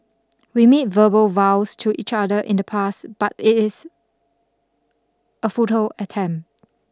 we made verbal vows to each other in the past but it is a futile attempt